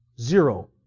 Zero